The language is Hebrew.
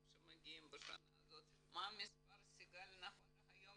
שמגיעים בשנה הזאת מה המספר נכון להיום,